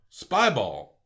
Spyball